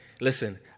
listen